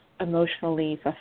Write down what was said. emotionally